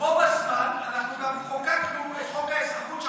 ובו בזמן אנחנו גם חוקקנו את חוק האזרחות,